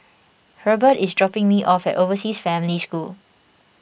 Hurbert is dropping me off at Overseas Family School